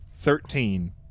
Thirteen